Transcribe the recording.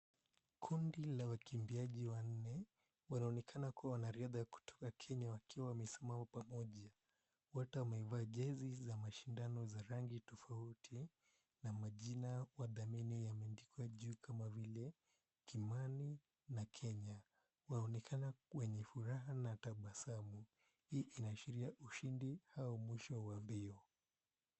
Kundi la wakimbiaji wanne, wanaonekana kua wanariadha kutoka Kenya wakiwa wamesimama pamoja. Wote wamevaa jezi za mashindano za rangi tofauti na majina wadhamini imeandikwa juu kama vile, Kimani na Kenya. Waonekana wenye furaha na tabasamu, hii inaashiria ushindi au mwisho wa mbio.